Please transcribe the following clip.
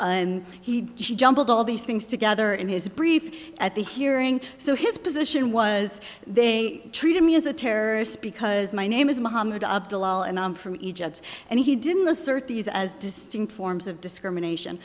and he she jumbled all these things together in his brief at the hearing so his position was they treated me as a terrorist because my name is mohammed abdul and i'm from egypt and he didn't the surtees as distinct forms of discrimination